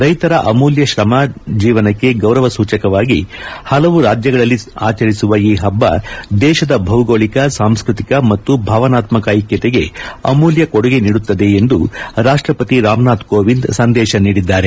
ರೈತರ ಅಮೂಲ್ತ ಶ್ರಮ ಜೀವನಕ್ಕೆ ಗೌರವ ಸೂಚಕವಾಗಿ ಹಲವು ರಾಜ್ಯಗಳಲ್ಲಿ ಆಚರಿಸುವ ಈ ಹಬ್ಬ ದೇಶದ ಭೌಗೋಳಕ ಸಾಂಸ್ಕೃತಿಕ ಮತ್ತು ಭಾವನಾತ್ಸಕ ಐಕ್ವತೆಗೆ ಅಮೂಲ್ಡ ಕೊಡುಗೆ ನೀಡುತ್ತದೆ ಎಂದು ರಾಷ್ಷಪತಿ ರಾಮನಾಥ್ ಕೋವಿಂದ್ ಸಂದೇಶ ನೀಡಿದ್ದಾರೆ